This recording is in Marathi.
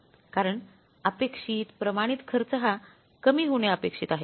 कारण अपेक्षित प्रमाणित खर्च हा कमी होणे अपेक्षित आहे